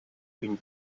une